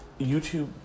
YouTube